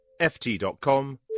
ft.com